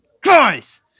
guys